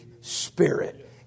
spirit